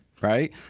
right